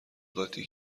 قاطی